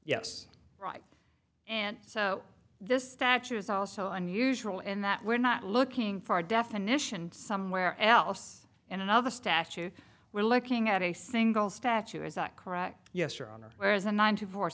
yes right and so this statue is also unusual in that we're not looking for a definition somewhere else in another statue we're looking at a single statue is that correct yes your honor there is a nine to four